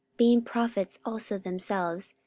being prophets also themselves,